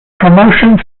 promotions